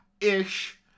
ish